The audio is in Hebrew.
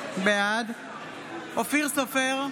בעד אופיר סופר,